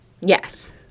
Yes